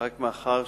רק מאחר